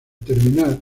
terminar